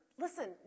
listen